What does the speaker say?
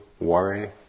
worry